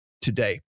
today